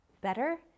better